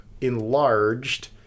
enlarged